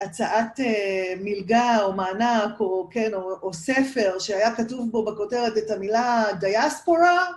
הצעת מלגה או מענק או כן, או ספר שהיה כתוב בו בכותרת את המילה דייספורה.